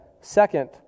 second